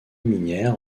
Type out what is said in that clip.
minière